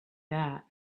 that